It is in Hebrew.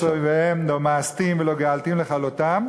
איביהם לא מאסתים ולא געלתים לכלתם,